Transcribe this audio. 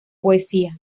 poesía